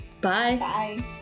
Bye